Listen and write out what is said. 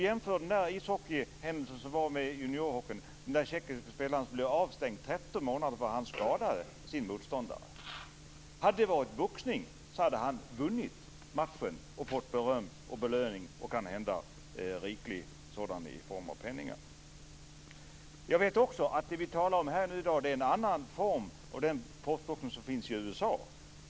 Jämför detta med händelsen inom juniorhockeyn, där en tjeckisk spelare blev avstängd i 13 månader för att han skadade sin motståndare. Hade det varit boxning hade han vunnit matchen, fått beröm och belöning, kanhända riklig sådan i form av pengar. Jag vet också att det vi i dag talar om är en annan form än den proffsboxning som finns i USA.